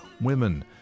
women